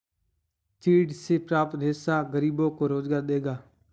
चीड़ से प्राप्त रेशा गरीबों को रोजगार देगा